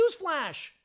newsflash